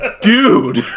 Dude